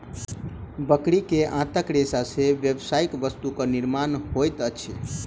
बकरी के आंतक रेशा से व्यावसायिक वस्तु के निर्माण होइत अछि